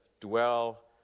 dwell